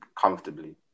comfortably